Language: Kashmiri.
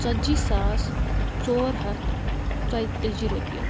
ژتجی ساس ژور ہَتھ ژۄیتٲجی رۄپیہِ